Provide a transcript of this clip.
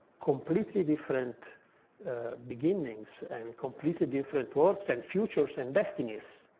completely different beginnings and completely different works and futures and destinies.